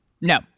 No